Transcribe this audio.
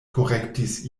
korektis